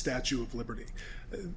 statue of liberty